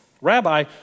Rabbi